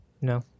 No